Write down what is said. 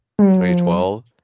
2012